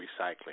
recycling